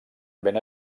ben